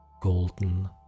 golden